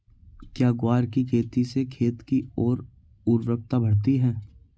क्या ग्वार की खेती से खेत की ओर उर्वरकता बढ़ती है?